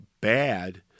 bad